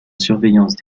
surveillance